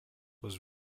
was